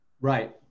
right